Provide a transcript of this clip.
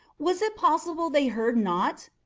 was it possible they heard not?